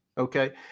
okay